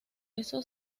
eso